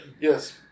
Yes